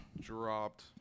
dropped